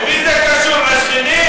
למי זה קשור, לשכנים?